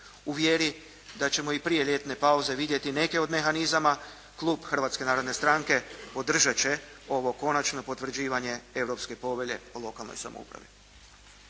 U vjeri da ćemo i prije ljetne pauze vidjeti neke od mehanizama klub Hrvatske narodne stranke održat će ovo konačno potvrđivanje Europske povelje o lokalnoj samoupravi.